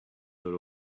heard